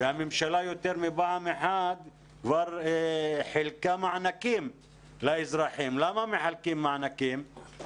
והממשלה יותר מפעם אחת כבר חילקה מענקים לאזרחים למה מחלקים מענקים?